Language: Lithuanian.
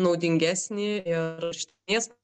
naudingesnį ir išties